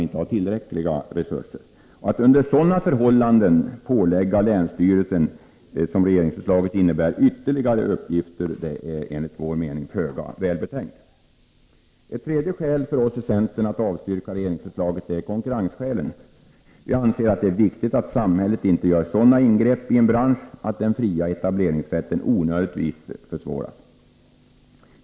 Att under sådana förhållanden pålägga länsstyrelsen en ytterligare uppgift, som regeringsförslaget innebär, är enligt vår mening föga välbetänkt. Ett tredje skäl för oss i centern att avstyrka regeringsförslaget är konkurrenshänsyn. Vi anser att det är viktigt att samhället inte gör sådana ingrepp i en bransch att den fria etableringsrätten onödigtvis försvåras.